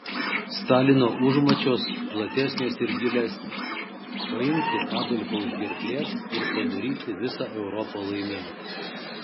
stalino užmačios platesnės ir gilesnės paimti adolfą už gerklės ir padaryti visą europą laimingą